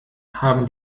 haben